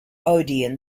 odeon